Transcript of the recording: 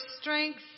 strength